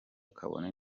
kabone